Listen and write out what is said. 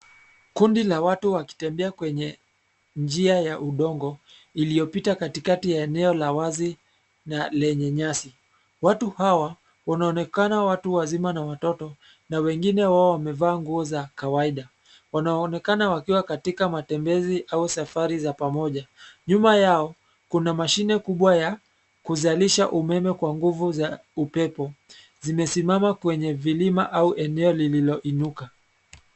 Kundi la watu wakitembea kwenye njia ya udongo iliyopita katikati ya eneo la wazi na lenye nyasi. Watu hawa wanaonekana watu wazima na watoto na wengine wao wamevaa nguo za kawaida. Wanaonekana wakiwa katika matembezi au safari za pamoja. Nyuma yao kuna mashine kubwa ya kuzalisha umeme kwa nguvu za upepo. Zimesimama kwa milima au eneo iliyoinuka.